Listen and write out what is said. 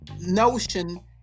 notion